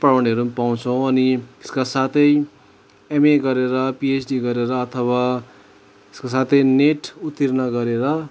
पढाउनेहरू पनि पाउँछौँ अनि त्यसका साथै एमए गरेर पिएचडी गरेर अथवा त्यसको साथै नेट उत्तीर्ण गरेर